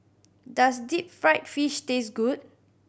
does deep fried fish taste good